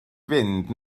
fynd